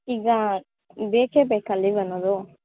ಈಗ ಬೇಕೇ ಬೇಕಾ ಲೀವ್ ಅನ್ನೋದು